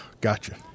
Gotcha